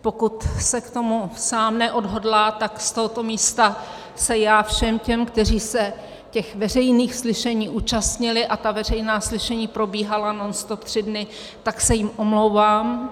Pokud se k tomu sám neodhodlá, tak z tohoto místa se já všem těm, kteří se těch veřejných slyšení účastnili, a ta veřejná slyšení probíhala nonstop tři dny, tak se jim omlouvám.